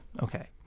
okay